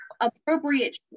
Appropriate